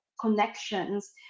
connections